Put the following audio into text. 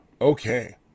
Okay